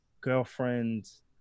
girlfriend's